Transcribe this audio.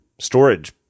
storage